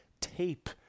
tape